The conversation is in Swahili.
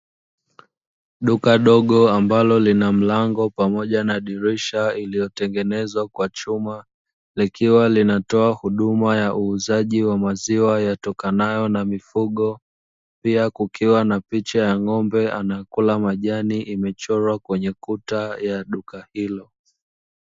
Duka dogo ambalo lina mlango pamoja na dirisha lililotengenezwa kwa chuma likiwa linatoa huduma ya uuzaji wa maziwa yatokanayo na mifugo. Pia kukiwa na picha ya ng’ombe anakula majani imechorwa kwenye kuta ya duka hilo.